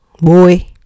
Boy